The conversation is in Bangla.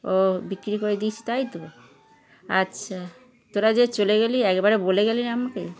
ও বিক্রি করে দিয়েছিস তাই তো আচ্ছা তোরা যে চলে গেলি একবার বলে গেলি না আমাকে